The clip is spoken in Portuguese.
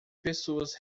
pessoas